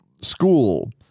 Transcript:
school